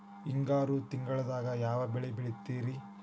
ಹಿಂಗಾರು ತಿಂಗಳದಾಗ ಯಾವ ಬೆಳೆ ಬೆಳಿತಿರಿ?